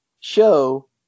show